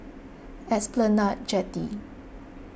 Esplanade Jetty